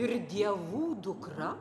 ir dievų dukra